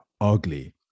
Ugly